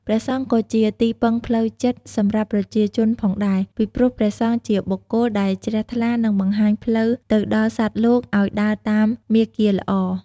ព្រះសង្ឃក៏ជា ទីពឹងផ្លូវចិត្តសម្រាប់ប្រជាជនផងដែរ ពីព្រោះព្រះសង្ឃជាបុគ្គលដែលជ្រះថ្លានិងបង្ហាញផ្លូវទៅដល់សត្វលោកអោយដើរតាមមាគាល្អ។